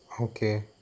Okay